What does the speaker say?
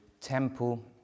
temple